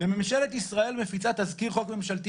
שאלה שנייה בעניין חוק התקציב.